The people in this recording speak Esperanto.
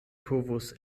povus